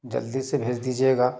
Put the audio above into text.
जल्दी से भेज दीजिएगा